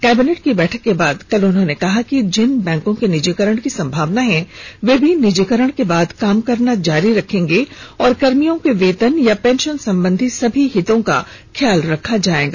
cabinet की बैठक के बाद कल उन्होंने कहा कि जिन बैंकों के निजीकरण की संभावना है वे भी निजीकरण के बाद काम करना जारी रखेंगे और कर्मियों के वेतन या पेंशन संबंधी सभी हितों का ख्याल रखा जायेगा